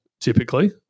typically